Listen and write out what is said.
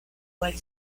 cual